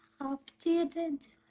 updated